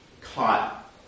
caught